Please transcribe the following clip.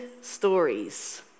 stories